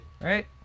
right